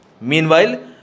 Meanwhile